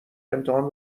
امتحان